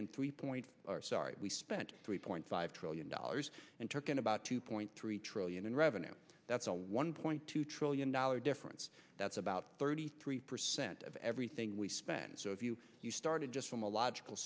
in three point we spent three point five trillion dollars and took in about two point three trillion in revenue that's a one point two trillion dollar difference that's about thirty three percent of everything we spend so if you you started just from a logical